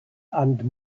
and